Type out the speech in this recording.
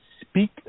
speak